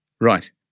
Right